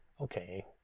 okay